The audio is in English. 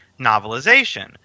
novelization